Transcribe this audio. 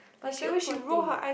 but them poor things